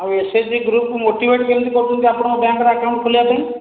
ଆଉ ଏସଏସଜି ଗୃପକୁ ମୋଟିଭେଟ୍ କେମିତି କରୁଛନ୍ତି ଆପଣଙ୍କ ବ୍ୟାଙ୍କ୍ ରେ ଆକାଉଣ୍ଟ୍ ଖୋଲିବା ପାଇଁ